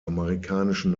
amerikanischen